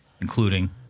Including